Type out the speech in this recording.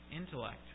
intellect